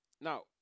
Now